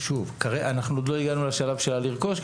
אנחנו עוד לא הגענו לשלב של לרכוש,